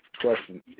question